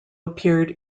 appeared